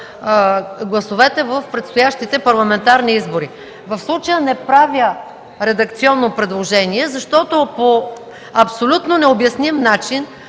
гласовете в предстоящите парламентарни избори. В случая не правя редакционно предложение, защото по абсолютно необясним начин